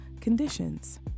conditions